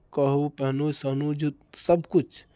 कहू पहिनू सहनू जुत सभकिछु